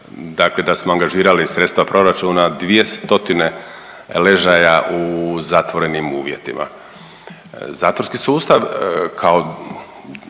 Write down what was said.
dakle da smo angažirali sredstva proračuna dvije stotine ležaja u zatvorenim uvjetima. Zatvorski sustav kao